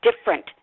different